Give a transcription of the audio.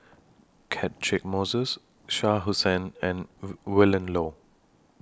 Catchick Moses Shah Hussain and Willin Low